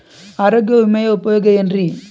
ಆರೋಗ್ಯ ವಿಮೆಯ ಉಪಯೋಗ ಏನ್ರೀ?